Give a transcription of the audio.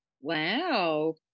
Wow